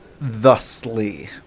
thusly